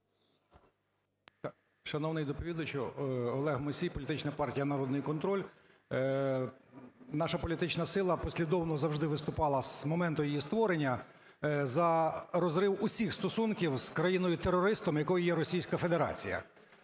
Шановний доповідачу. Олег Мусій, політична партія "Народний контроль". Наша політична сила послідовно завжди виступала з моменту її створення за розрив усіх стосунків з країною-терористом, якою є Російська Федерація.